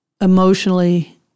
emotionally